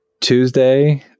Tuesday